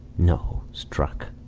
no! struck!